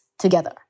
together